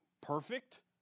perfect